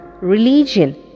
religion